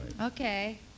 Okay